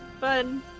Fun